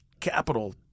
capital